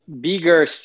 bigger